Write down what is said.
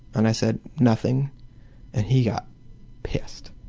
and i said, nothing and he got pissed,